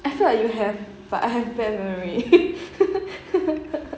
I feel like you have but I have bad memory